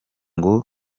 ngo